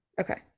okay